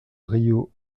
río